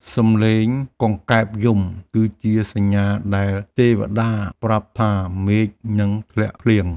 សំឡេងកង្កែបយំ គឺជាសញ្ញាដែលទេវតាប្រាប់ថាមេឃនឹងធ្លាក់ភ្លៀង។